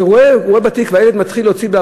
כשהוא רואה שילד מתחיל להוציא מהתיק